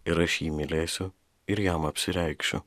ir aš jį mylėsiu ir jam apsireikšiu